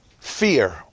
fear